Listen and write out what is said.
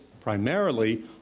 primarily